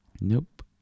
Nope